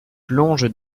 plonge